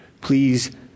Please